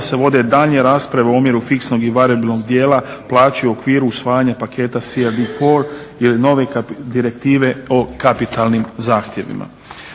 se vode daljnje rasprave o omjeru fiksnog i varijabilnog dijela plaći u okviru usvajanja paketa …/Govornik se ne razumije./… ili nove direktive o kapitalnim zahtjevima.